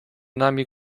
nami